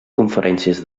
conferències